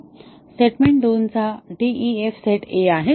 म्हणून स्टेटमेंट 2 चा DEF set a आहे